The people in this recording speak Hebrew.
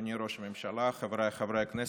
אדוני ראש הממשלה, חבריי חברי הכנסת,